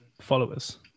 followers